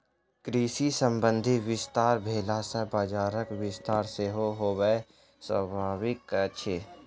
कृषि संबंधी विस्तार भेला सॅ बजारक विस्तार सेहो होयब स्वाभाविक अछि